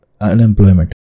unemployment